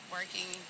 working